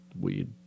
weed